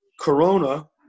Corona